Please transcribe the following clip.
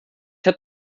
hat